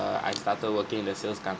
err I started working nurses company